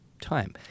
time